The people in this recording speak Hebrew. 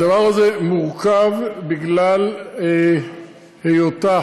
הדבר הזה מורכב בגלל היותה